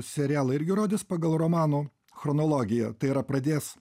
serialą irgi rodys pagal romanų chronologiją tai yra pradės